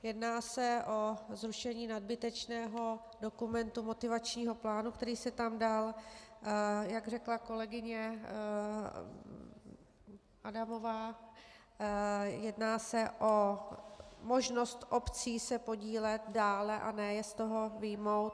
Jedná se o zrušení nadbytečného dokumentu motivačního plánu, který se tam dal, jak řekla kolegyně Adamová, jedná se o možnost obcí se podílet dále a ne je z toho vyjmout.